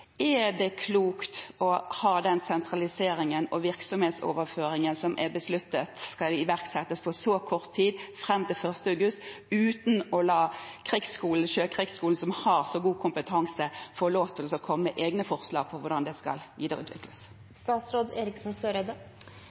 er: Er det klokt å ha den sentraliseringen og virksomhetsoverføringen som er besluttet skal iverksettes på så kort tid, fram til 1. august, uten å la Sjøkrigsskolen, som har så god kompetanse, få lov til å komme med egne forslag om hvordan det skal videreutvikles?